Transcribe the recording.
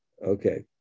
Okay